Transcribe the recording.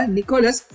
Nicholas